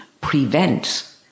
prevent